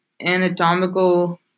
anatomical